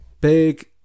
Big